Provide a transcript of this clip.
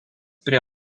prie